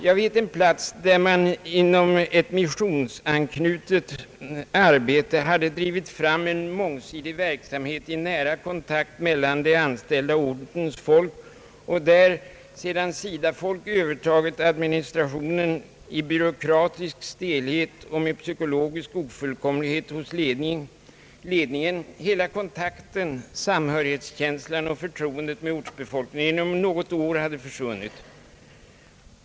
Jag vet en plats där man inom ett missionsanknutet arbete hade drivit fram en mångsidig verksamhet i nära kontakt mellan de anställda och ortens folk. När SIDA:s folk övertagit administrationen försvann inom något år genom byråkratisk stelhet och psykologisk ofullkomlighet hos ledningen hela kontakten, samhörighetskänslan och förtroendet hos ortsbefolkningen.